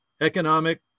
economic